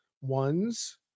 ones